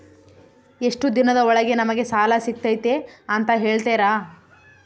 ಎಷ್ಟು ದಿನದ ಒಳಗೆ ನಮಗೆ ಸಾಲ ಸಿಗ್ತೈತೆ ಅಂತ ಹೇಳ್ತೇರಾ?